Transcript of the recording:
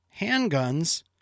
handguns